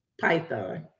Python